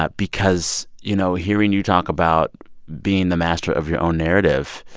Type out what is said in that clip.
ah because, you know, hearing you talk about being the master of your own narrative